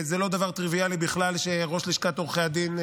זה לא דבר טריוויאלי בכלל שראש לשכת עורכי הדין,